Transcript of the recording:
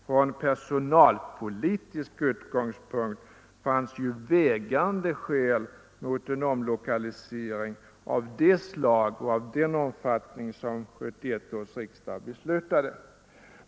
Från personalpolitisk utgångspunkt fanns ju vägande skäl mot en omlokalisering av det slag och av den omfattning som 1971 års riksdag beslutade.